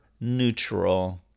neutral